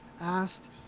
asked